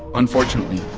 unfortunately,